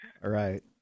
Right